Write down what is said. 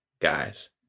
guys